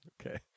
okay